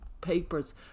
papers